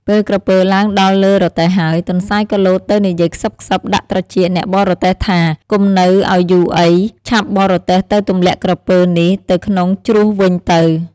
ពេលក្រពើឡើងដល់លើរទេះហើយ ទន្សាយក៏លោតទៅនិយាយខ្សឹបៗដាក់ត្រចៀកអ្នកបរទេះថា "កុំនៅឲ្យយូរអី! ឆាប់បរទេះទៅទម្លាក់ក្រពើនេះទៅក្នុងជ្រោះវិញទៅ!